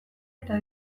eta